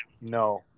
No